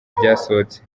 ryasohotse